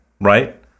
right